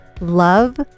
love